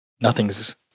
nothing's